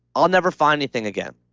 i'll never find anything again.